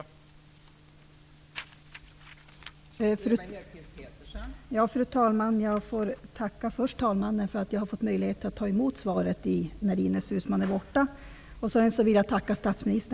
Då Ines Uusmann, som framställt frågan, anmält att hon var förhindrad att närvara vid sammanträdet, medgav talmannen att Ewa